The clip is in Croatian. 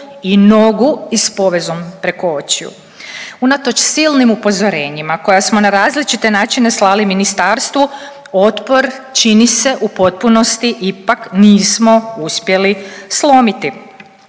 i nogu i s povezom preko očiju. Unatoč silnim upozorenjima koja smo na različite načine slali ministarstvu otpor čini se u potpunosti ipak nismo uspjeli slomiti